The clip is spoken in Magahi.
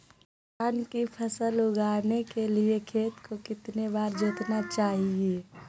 धान की फसल उगाने के लिए खेत को कितने बार जोतना चाइए?